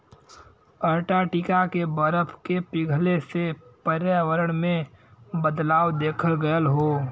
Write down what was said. Antarctica के बरफ के पिघले से पर्यावरण में बदलाव देखल गयल हौ